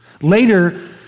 Later